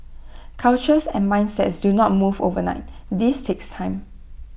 cultures and mindsets do not move overnight this takes time